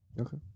Okay